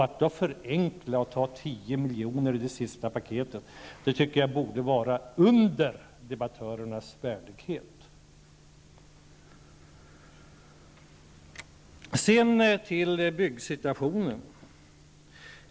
Att förenkla och ta ut 10 milj.kr. ur det sista paketet tycker jag borde vara under debattörernas värdighet. Så några ord om byggsituationen.